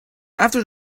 after